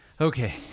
Okay